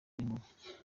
n’inkuba